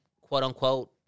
quote-unquote